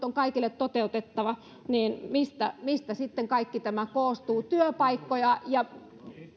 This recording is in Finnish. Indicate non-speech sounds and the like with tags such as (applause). (unintelligible) on kaikille toteutettava niin mistä mistä sitten kaikki tämä koostuu työpaikkoja ja